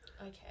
Okay